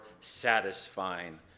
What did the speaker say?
satisfying